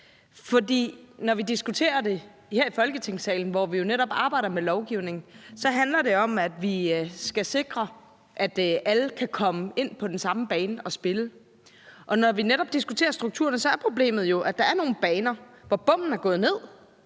når vi diskuterer det her i Folketingssalen, hvor vi jo netop arbejder med lovgivning, så handler det om, at vi skal sikre, at alle kan komme ind på den samme bane og spille der. Og når vi netop diskuterer strukturerne, er problemet jo, at der er nogle baner, hvor bommen er gået ned.